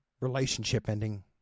relationship-ending